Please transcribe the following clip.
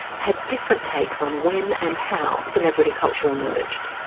had different takes on when and how celebrity culture emerged.